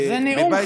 זה נאום,